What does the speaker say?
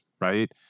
right